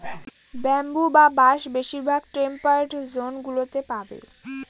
bamboo বা বাঁশ বেশিরভাগ টেম্পারড জোন গুলোতে পাবে